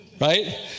right